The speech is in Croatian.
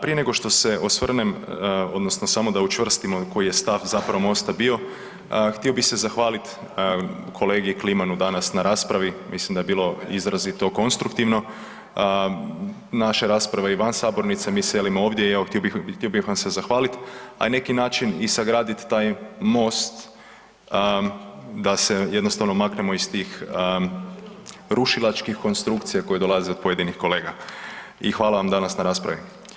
Prije nego što se osvrnem, odnosno samo da učvrstimo koji je stav zapravo Mosta bio, htio bih se zahvaliti kolegi Klimanu danas na raspravi, mislim da je bilo izrazito konstruktivno, naša rasprava i van sabornice, mi selimo ovdje i evo htio bih vam se zahvaliti, a na neki način i sagraditi taj most da se jednostavno maknemo iz tih rušilačkih konstrukcija koje dolaze od pojedinih kolega i hvala vam danas na raspravi.